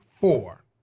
four